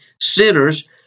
sinners